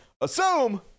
assume